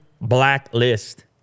blacklist